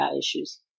issues